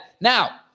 now